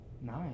Nice